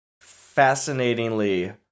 fascinatingly